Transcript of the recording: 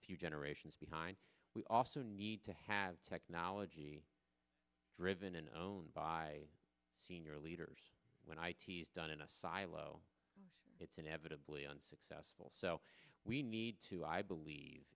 a few generations behind we also need to have technology driven and owned by senior leaders when i ts done in a silo it's inevitably unsuccessful so we need to i believe